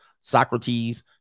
Socrates